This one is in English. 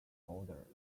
order